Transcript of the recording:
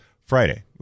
Friday